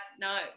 no